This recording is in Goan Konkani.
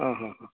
आं हां हां